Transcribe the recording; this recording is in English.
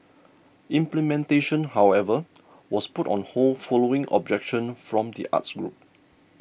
implementation however was put on hold following objection from the arts groups